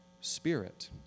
spirit